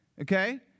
okay